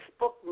Facebook